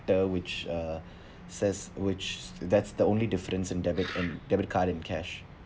the which uh says which that's the only difference in debit and debit card and cash